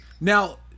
now